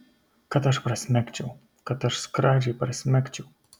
kad aš prasmegčiau kad aš skradžiai prasmegčiau